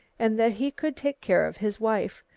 and that he could take care of his wife,